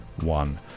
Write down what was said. One